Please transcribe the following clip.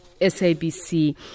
SABC